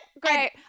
great